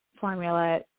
formula